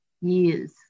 years